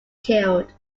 killed